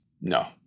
No